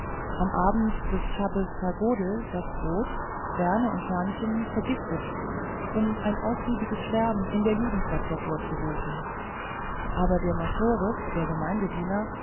am abend des schabbes hagodel das brot sterne und hörnchen vergiftet um ein ausgiebiges sterben in der judenstadt hervorzurufen aber der meschores der